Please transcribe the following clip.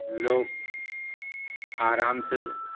لوگ آرام سے